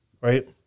right